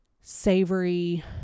savory